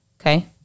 Okay